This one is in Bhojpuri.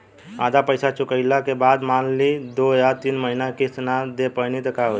आधा पईसा चुकइला के बाद मान ली दो या तीन महिना किश्त ना दे पैनी त का होई?